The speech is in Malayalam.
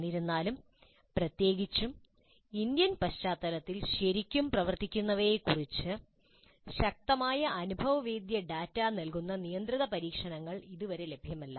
എന്നിരുന്നാലും പ്രത്യേകിച്ചും ഇന്ത്യൻ പശ്ചാത്തലത്തിൽ ശരിക്കും പ്രവർത്തിക്കുന്നവയെക്കുറിച്ച് ശക്തമായ അനുഭവേദ്യ ഡാറ്റ നൽകുന്ന നിയന്ത്രിത പരീക്ഷണങ്ങൾ ഇതുവരെ ലഭ്യമല്ല